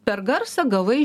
per garsą gavai